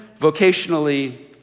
vocationally